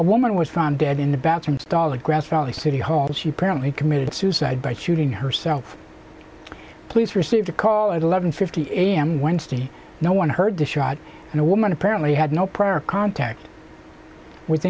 a woman was found dead in the bathroom stall of grass valley city hall she apparently committed suicide by shooting herself police received a call at eleven fifty a m wednesday no one heard the shot and the woman apparently had no prior contact with